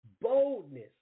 boldness